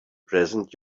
present